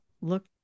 look